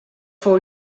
fou